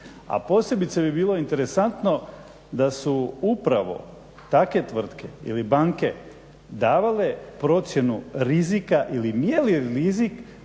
a posebice bi bilo interesantno da su upravo take tvrtke ili banke davale procjenu rizika ili mjerili rizik